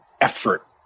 effort